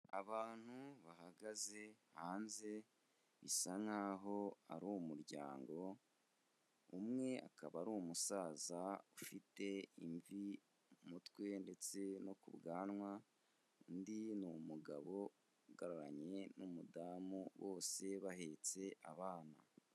Abantu bahagaze hanze bisa nkaho ari umuryango, umwe akaba ari umusaza ufite imvi mu mutwe ndetse no ku bwanwa, undi ni umugabo uhagararanye n'umudamu, bose bahetse abana.